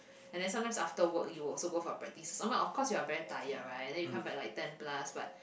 and then sometimes after work you also go for practice sometime of course you're very tired right then you come back like ten plus but